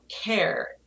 care